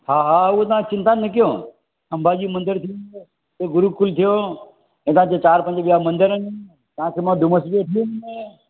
हा हा ऊहो तव्हां चिंता न कयो अम्बा जी मंदिर थियो गुरुकुल थियो हेॾा ॼे चार पंज ॿिया मंदिर आहिन तव्हांखे मा डूमस भी वठी वेंदम